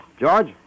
George